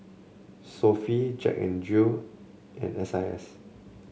Sofy Jack N Jill and S I S